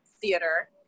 theater